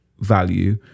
value